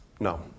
No